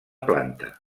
planta